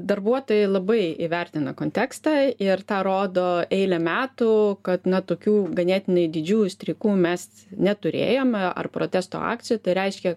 darbuotojai labai įvertina kontekstą ir tą rodo eilę metų kad na tokių ganėtinai didžiųjų streikų mes neturėjom ar protesto akcijų tai reiškia